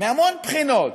מהמון בחינות,